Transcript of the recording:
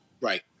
right